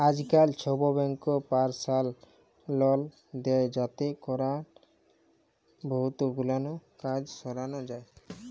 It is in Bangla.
আইজকাল ছব ব্যাংকই পারসলাল লল দেই যাতে ক্যরে বহুত গুলান কাজ সরানো যায়